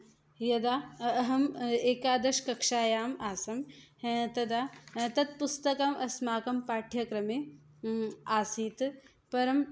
यदा अ अहम् एकादशकक्षायाम् आसं तदा तद् पुस्तकम् अस्माकं पाठ्यक्रमे आसीत् परं